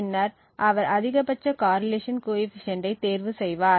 பின்னர் அவர் அதிகபட்ச காரிலேஷன் கோஎபிசியன்ட்டை தேர்வு செய்வார்